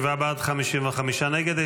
47 בעד, 55 נגד.